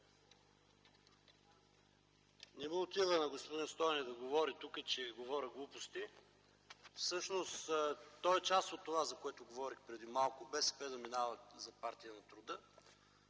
Не му отива на господин Стойнев да говори тук, че говоря глупости. Всъщност той е част от това, за което говорих преди малко – БСП да минава за партия на труда.